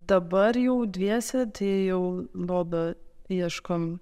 dabar jau dviese jau lobio ieškom